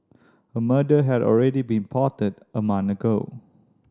a murder had already been plotted a month ago